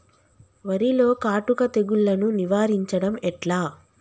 వరిలో కాటుక తెగుళ్లను నివారించడం ఎట్లా?